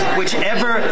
whichever